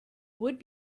would